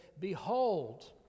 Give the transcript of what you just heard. behold